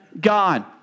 God